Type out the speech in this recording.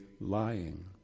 lying